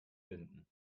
finden